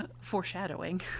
foreshadowing